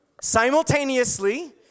Simultaneously